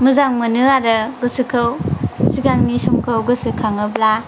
मोजां मोनो आरो गोसोखौ सिगांनि समखौ गोसोखाङोब्ला